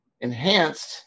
enhanced